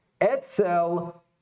etzel